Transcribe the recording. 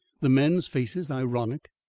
the men's faces ironic,